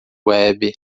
web